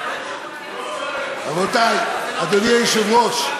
רבותי, אדוני היושב-ראש,